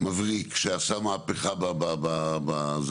מבריק שעשה מהפכה בזה,